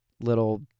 little